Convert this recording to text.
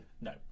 No